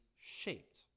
shaped